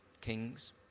Kings